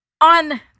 On